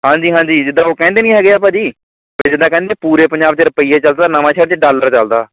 ਹਾਂਜੀ ਹਾਂਜੀ ਜਿੱਦਾਂ ਉਹ ਕਹਿੰਦੇ ਨਹੀਂ ਹੈਗੇ ਹੈ ਭਾਅ ਜੀ ਵੀ ਜਿੱਦਾਂ ਕਹਿੰਦੇ ਪੂਰੇ ਪੰਜਾਬ 'ਚ ਰੁਪਇਆ ਚੱਲਦਾ ਨਵਾਂਸ਼ਹਿਰ 'ਚ ਡਾਲਰ ਚੱਲਦਾ